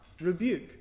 rebuke